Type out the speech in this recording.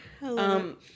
Hello